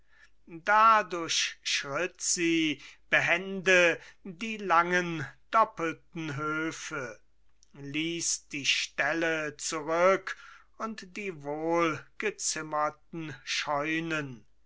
da durchschritt sie behende die langen doppelten höfe ließ die ställe zurück und die wohlgezimmerten scheunen